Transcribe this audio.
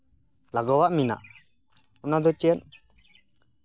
ᱞᱟᱜᱟᱣᱟᱜ ᱢᱮᱱᱟᱜᱼᱟ ᱚᱱᱟ ᱫᱚ ᱪᱮᱫ